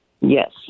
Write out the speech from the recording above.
Yes